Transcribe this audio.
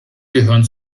gehören